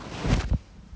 不懂 leh